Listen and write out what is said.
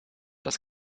das